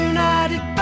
United